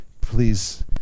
please